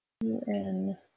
UN